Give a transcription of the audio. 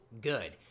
good